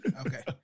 Okay